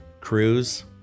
Cruise